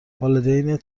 والدینت